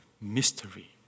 mystery